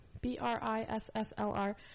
B-R-I-S-S-L-R